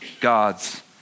God's